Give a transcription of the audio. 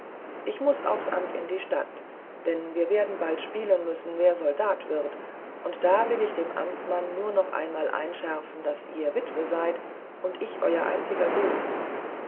ich muß aufs amt in die stadt denn wir werden bald spielen müssen wer soldat wird und da will ich dem amtmann nur noch einmal einschärfen daß ihr witwe seid und ich euer einziger sohn